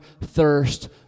thirst